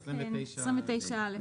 כן, 92(א).